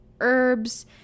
herbs